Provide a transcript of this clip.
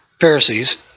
Pharisees